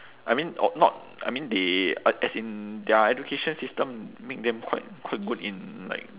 I mean o~ not I mean they I as in their education system make them quite quite good in like